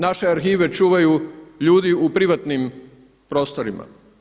Naše arhive čuvaju ljudi u privatnim prostorima.